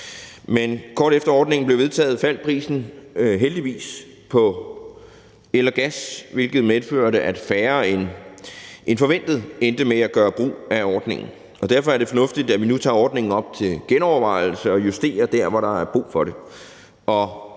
Men kort efter at ordningen blev vedtaget, faldt priserne på el og gas heldigvis, hvilket medførte, at færre end forventet endte med at gøre brug af ordningen. Og derfor er det fornuftigt, at vi nu tager ordningen op til genovervejelse og justerer der, hvor der er brug for det.